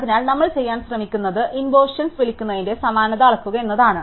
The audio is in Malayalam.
അതിനാൽ നമ്മൾ ചെയ്യാൻ ശ്രമിക്കുന്നത് ഇൻവെർഷൻസ് വിളിക്കുന്നതിന്റെ സമാനത അളക്കുക എന്നതാണ്